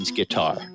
guitar